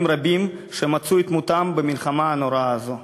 רבים שמצאו את מותם במלחמה הנוראה הזו.